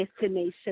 destination